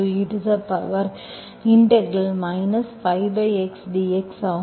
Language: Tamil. e 5x dx ஆகும்